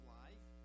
life